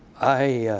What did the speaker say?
i